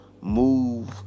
move